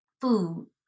food